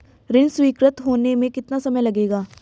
ऋण स्वीकृत होने में कितना समय लगेगा?